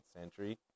century